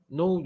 no